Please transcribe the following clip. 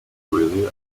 really